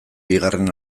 bigarren